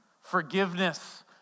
forgiveness